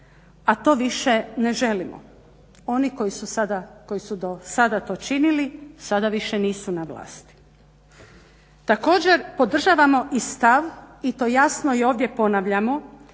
a to više ne želimo, oni koji su do sada to činili, sada više nisu na vlasti. Također i podržavamo stav i to jasno i ovdje ponavljamo